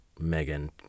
Megan